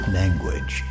language